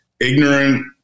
ignorant